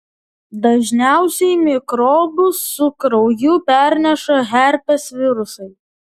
dažniausiai mikrobus su krauju perneša herpes virusai